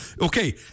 Okay